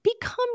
become